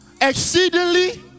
exceedingly